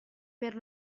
per